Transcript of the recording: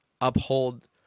uphold